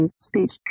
speech